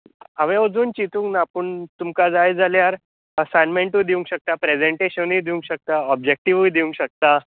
हांवें अजून चितूंक ना पूण तुमकां जाय जाल्यार असायमँटूय दिवंक शकता प्रॅजेंटेशनूय दिवंक शकता ऑबजेक्टिवूय दिवंक शकता